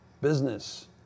Business